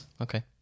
Okay